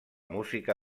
música